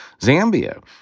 Zambia